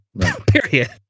Period